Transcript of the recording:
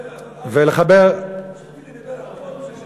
זכותי לדבר על כל נושא שאני רוצה.